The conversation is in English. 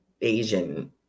Asian